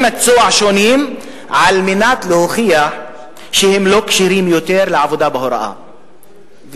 מקצוע שונים כדי להוכיח שהם כבר לא כשירים לעבודה בהוראה,